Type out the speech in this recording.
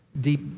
deep